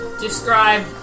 describe